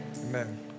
amen